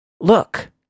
Look